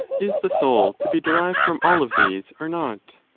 is the soul to be derived from all of these, or not?